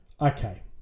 Okay